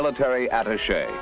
military attache